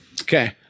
Okay